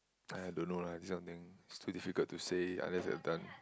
!aiya! don't know lah this kind of thing is too difficult to say unless you have done